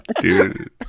Dude